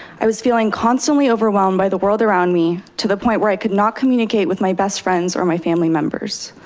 i was feeling constantly overwhelmed by the world around me to the point where i could not communicate with my best friends or my family members.